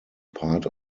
part